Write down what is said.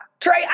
Trey